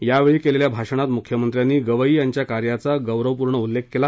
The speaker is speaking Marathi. यावेळी केलेल्या भाषणात मुख्यमंत्र्यांनी गवई यांच्या कार्याचा गौरवपूर्ण उल्लेख केला